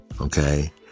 okay